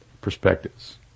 perspectives